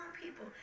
people